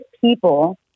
people